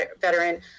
veteran